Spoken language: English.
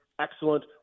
Excellent